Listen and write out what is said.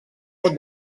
pot